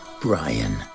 Brian